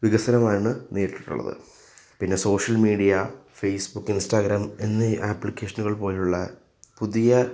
വികസനമാണ് നേരിട്ടിട്ടുള്ളത് പിന്നെ സോഷ്യൽ മീഡിയ ഫെയ്സ്ബുക്ക് ഇൻസ്റ്റാഗ്രാം എന്നീ ആപ്ലിക്കേഷനുകൾ പോലെയുള്ള പുതിയ